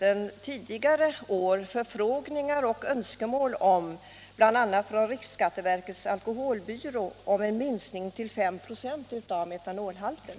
ju tidigare år framförts förfrågningar och önskningar, bl.a. från riksskatteverkets alkoholbyrå, om en minskning till 5 26 av metanolhalten.